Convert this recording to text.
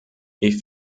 ich